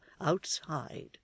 outside